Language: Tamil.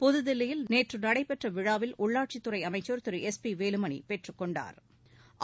புதுதில்லியில் நேற்று நடைபெற்ற விழாவில் உள்ளாட்சித்துறை அமைச்சர் திரு எஸ் பி வேலுமணி பெற்றுக்கொண்டாா்